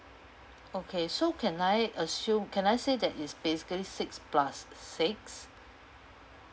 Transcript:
okay so can I assume can I say that it's basically six plus six